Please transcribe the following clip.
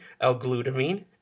L-glutamine